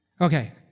Okay